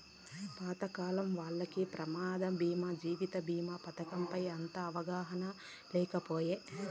పాతకాలం వాల్లకి ప్రమాద బీమా జీవిత బీమా పతకం పైన అంతగా అవగాహన లేకపాయె